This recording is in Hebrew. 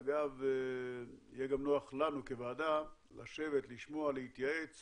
אגב, יהיה גם נוח לנו כוועדה לשבת, לשמוע, להתייעץ